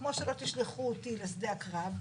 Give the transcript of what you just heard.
כמו שלא תשלחו אותי לשדה הקרב,